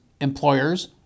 employers